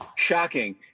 Shocking